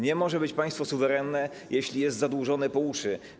Nie może być państwo suwerenne, jeśli jest zadłużone po uszy.